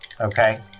Okay